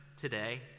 today